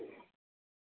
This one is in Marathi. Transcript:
हो हो हो